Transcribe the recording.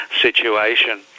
situation